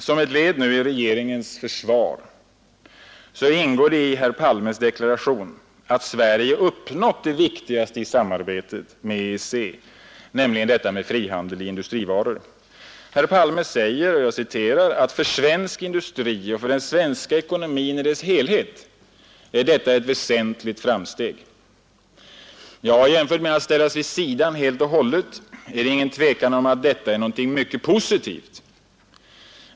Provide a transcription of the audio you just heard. Som ett led i regeringens försvar ingår nu i herr Palmes deklaration, att Sverige har uppnått det viktigaste i samarbetet med EEC, nämligen frihandel i industrivaror. Herr Palme säger att ”för svensk industri och för den svenska ekonomin i dess helhet är detta ett väsentligt framsteg”. Jämfört med att ställas vid sidan helt och hållet är det ingen tvekan om att detta är någonting mycket positivt.